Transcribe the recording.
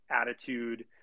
attitude